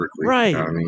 Right